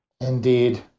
Indeed